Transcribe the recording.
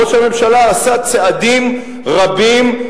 ראש הממשלה עשה צעדים רבים,